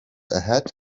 ahead